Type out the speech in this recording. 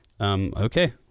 Okay